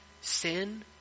sin